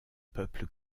peuple